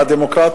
מדינה